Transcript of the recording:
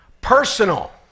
personal